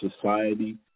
society